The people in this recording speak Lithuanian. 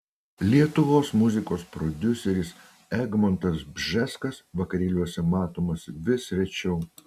lietuvos muzikos prodiuseris egmontas bžeskas vakarėliuose matomas vis rečiau